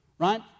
Right